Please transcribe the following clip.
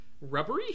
rubbery